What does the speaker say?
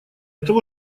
того